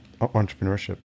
entrepreneurship